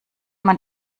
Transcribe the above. man